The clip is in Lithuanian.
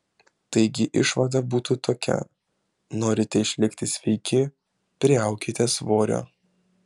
taigi išvada būtų tokia norite išlikti sveiki priaukite svorio